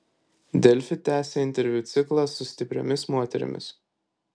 delfi tęsia interviu ciklą su stipriomis moterimis